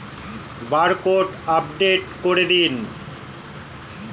Barcode update করে দিন?